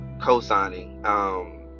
cosigning